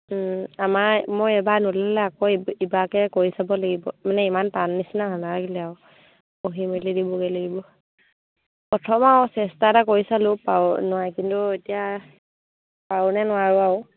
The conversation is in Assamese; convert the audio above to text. আমাৰ মই এবাৰ নোলালে আকৌ ই ইবাৰকৈ কৰি চাব লাগিব মানে ইমান টান নিচিনা নালাগিলে আৰু পঢ়ি মেলি দিবগৈ লাগিব প্ৰথম আৰু চেষ্টা এটা কৰি চালোঁ পাৰো নোৱাৰো কিন্তু এতিয়া পাৰোনে নোৱাৰোঁ আৰু